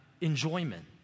enjoyment